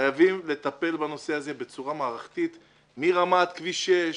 חייבם לטפל בנושא הזה בצורה מערכתית מרמת כביש 6,